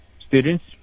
students